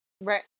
Right